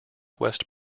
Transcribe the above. west